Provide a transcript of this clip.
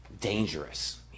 dangerous